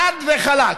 חד וחלק.